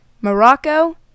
Morocco